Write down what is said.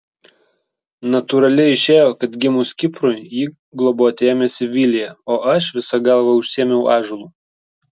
natūraliai išėjo kad gimus kiprui jį globoti ėmėsi vilija o aš visa galva užsiėmiau ąžuolu